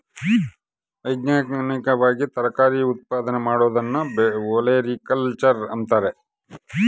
ವೈಜ್ಞಾನಿಕವಾಗಿ ತರಕಾರಿ ಉತ್ಪಾದನೆ ಮಾಡೋದನ್ನ ಒಲೆರಿಕಲ್ಚರ್ ಅಂತಾರ